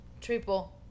Triple